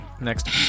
Next